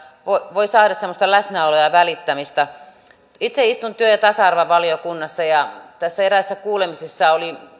voi saada läsnäoloa ja välittämistä itse istun työ ja tasa arvovaliokunnassa ja eräässä kuulemisessa